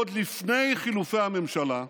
עוד לפני חילופי הממשלה,